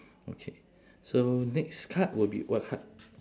okay so next card will be what card